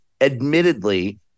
admittedly